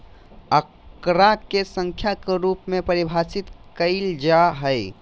आंकड़ा के संख्या के रूप में परिभाषित कइल जा हइ